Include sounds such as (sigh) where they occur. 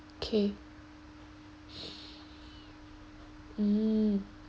okay (noise) mm